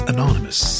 Anonymous